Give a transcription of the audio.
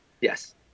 Yes